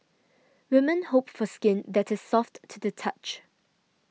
women hope for skin that is soft to the touch